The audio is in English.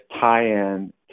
tie-in